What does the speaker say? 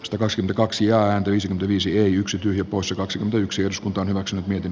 östrosin kaksi ääntä viisi viisi yksi tyhjä poissa kaksi yksi uskontoa hyväkseen miten